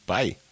Bye